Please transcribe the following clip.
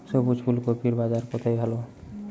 সবুজ ফুলকপির বাজার কোথায় ভালো?